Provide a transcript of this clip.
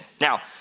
Now